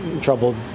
troubled